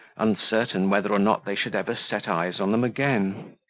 uncertain whether or not they should ever set eyes on them again.